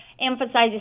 emphasizes